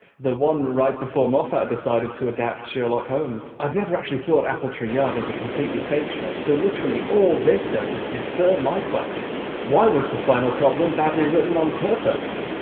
the one right before moffat decided to adapt sherlock holmes. i never actually thought appletree yard was a completely fake show, so literally all this does is defer my questions why was the final problem badly written on purpose?